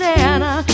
Santa